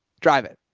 drive it.